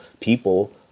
people